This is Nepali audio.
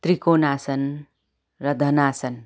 त्रिकोण आसन र धनासन